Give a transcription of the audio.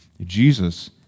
Jesus